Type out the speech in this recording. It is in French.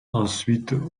ensuite